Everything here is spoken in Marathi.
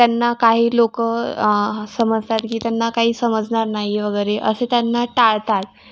त्यांना काही लोक समजतात की त्यांना काही समजणार नाही वगैरे असे त्यांना टाळतात